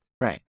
Right